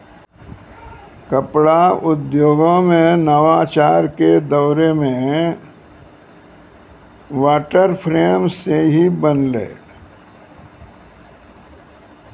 कपड़ा उद्योगो मे नवाचार के दौरो मे वाटर फ्रेम सेहो बनलै